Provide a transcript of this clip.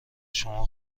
شما